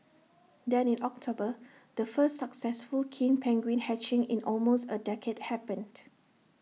then in October the first successful king penguin hatching in almost A decade happened